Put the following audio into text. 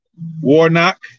Warnock